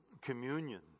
communion